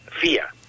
fear